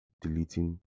deleting